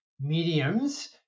mediums